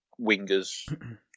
wingers